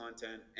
content